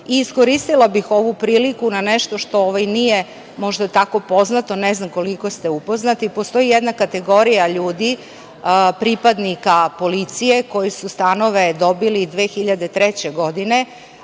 govorila. Iskoristila bih ovu priliku na nešto što nije možda tako poznato, ne znam koliko ste upoznati. Postoji jedna kategorija ljudi pripadnika policije koji su stanove dobili 2003. godine